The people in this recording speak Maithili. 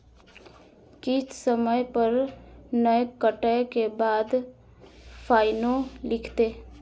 किस्त समय पर नय कटै के बाद फाइनो लिखते?